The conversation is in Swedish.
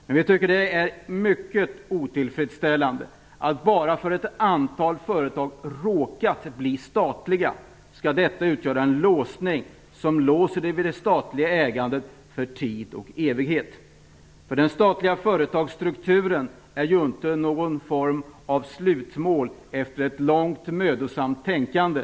Men vi tycker det är mycket otillfredsställande att bara för att några företag råkat bli statliga skall detta utgöra en låsning vid det statliga ägandet för tid och evighet. Den statliga företagsstrukturen är ju inte någon form av slutmål efter ett långt mödosamt tänkande.